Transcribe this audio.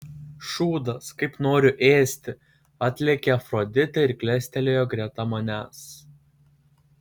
šūdas kaip noriu ėsti atlėkė afroditė ir klestelėjo greta manęs